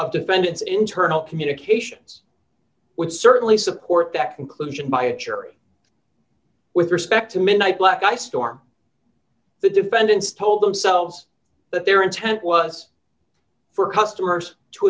of defendants internal communications would certainly support that conclusion by a jury with respect to midnight black eye storm the defendants told themselves that their intent was for customers to